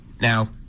Now